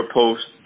post